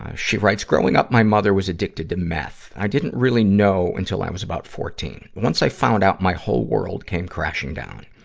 she writes, growing up, my mother was addicted to meth. i didn't really know until i was about fourteen. once i found out, my whole world came crashing down.